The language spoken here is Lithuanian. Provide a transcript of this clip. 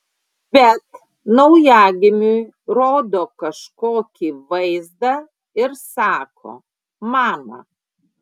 bet naujagimiui rodo kažkokį vaizdą ir sako mama